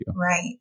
Right